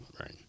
Right